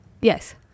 Yes